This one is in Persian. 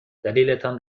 دلیلتان